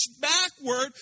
backward